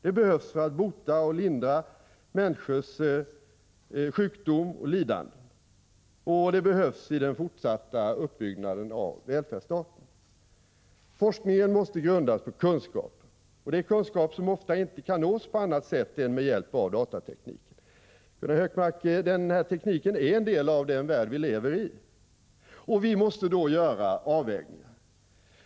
Det behövs för att bota och lindra människors sjukdomar och lidande. Det behövs i den fortsatta uppbyggnaden av välfärdsstaten. Forskningen måste grundas på kunskap. Det är kunskap som ofta inte kan nås på annat sätt än med hjälp av datateknik. Gunnar Hökmark, den här tekniken är en del av den värld vi lever i. Vi måste göra avvägningar.